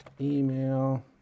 email